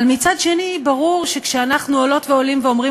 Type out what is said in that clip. אבל מצד שני ברור שכשאנחנו עולות ועולים ואומרים